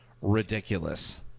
ridiculous